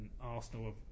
Arsenal